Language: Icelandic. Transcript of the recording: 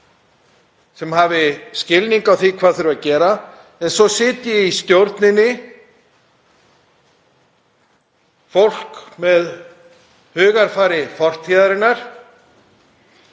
sem hafi skilning á því hvað þurfi að gera en svo sitji í stjórninni fólk með hugarfar fortíðarinnar